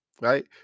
right